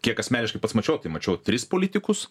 kiek asmeniškai pats mačiau tai mačiau tris politikus